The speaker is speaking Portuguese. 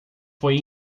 foi